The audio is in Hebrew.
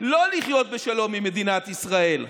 לא לחיות בשלום עם מדינת ישראל?